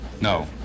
No